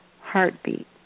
heartbeat